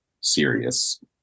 serious